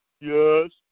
Yes